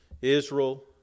Israel